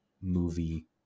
movie